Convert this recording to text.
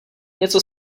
něco